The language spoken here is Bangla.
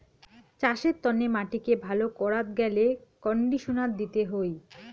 চাসের তন্নে মাটিকে ভালো করাত গ্যালে কন্ডিশনার দিতে হই